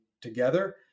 together